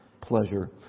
pleasure